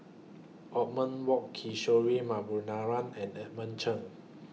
Othman Wok Kishore Mahbubani and Edmund Cheng